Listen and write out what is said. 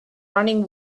running